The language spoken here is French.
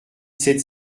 sept